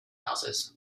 houses